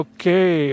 Okay